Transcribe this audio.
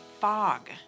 fog